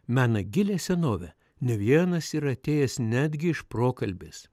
mena gilią senovę ne vienas yra atėjęs netgi iš prokalbės